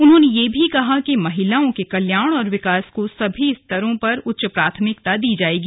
उन्होंने यह भी कहा कि महिलाओं के कल्याण और विकास को सभी स्तरों पर उच्च प्राथमिकता दी जाएगी